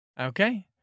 Okay